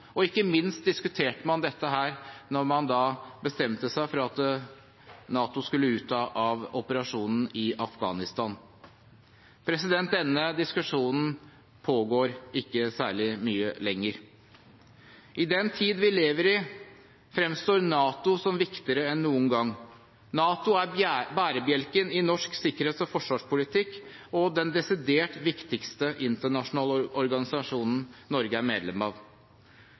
og ikke minst diskuterte man dette når man bestemte seg for at NATO skulle ut av operasjonen i Afghanistan. Denne diskusjonen pågår ikke særlig mye lenger. I den tid vi lever i, fremstår NATO som viktigere enn noen gang. NATO er bærebjelken i norsk sikkerhets- og forsvarspolitikk og den desidert viktigste internasjonale organisasjonen Norge er medlem av.